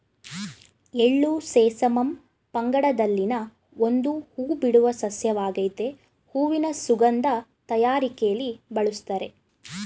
ಎಳ್ಳು ಸೆಸಮಮ್ ಪಂಗಡದಲ್ಲಿನ ಒಂದು ಹೂಬಿಡುವ ಸಸ್ಯವಾಗಾಯ್ತೆ ಹೂವಿನ ಸುಗಂಧ ತಯಾರಿಕೆಲಿ ಬಳುಸ್ತಾರೆ